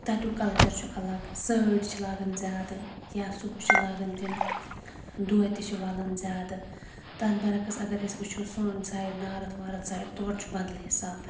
تَتیُک کَلچَر چھُ الگ سٲڑۍ چھِ لاگان زیادٕ یا سُہ ہُہ چھِ لاگان تِم دوتہِ چھِ وَلان زیادٕ تَتھ برعکس اگر أسۍ وٕچھو sun side northward side تورٕ چھُ بدل حساب